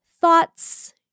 thoughts